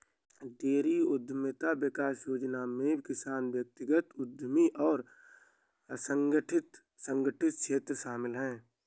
dairy उद्यमिता विकास योजना में किसान व्यक्तिगत उद्यमी और असंगठित संगठित क्षेत्र शामिल है